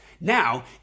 Now